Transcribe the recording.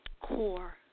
core